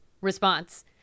Response